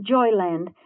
Joyland